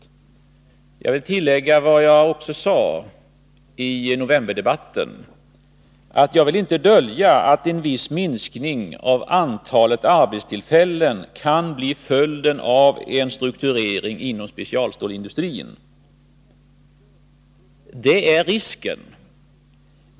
Jag vill också i dag tillägga vad jag sade i novemberdebatten, nämligen att jag inte vill dölja att en viss minskning av antalet arbetstillfällen kan bli följden av en strukturering inom specialstålsindustrin. Det är risken.